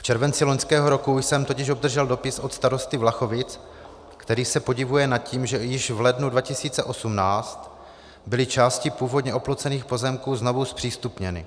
V červenci loňského roku jsem totiž obdržel dopis od starosty Vlachovic, který se podivuje nad tím, že již v lednu 2018 byly části původně oplocených pozemků znovu zpřístupněny.